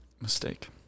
Mistake